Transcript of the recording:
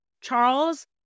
Charles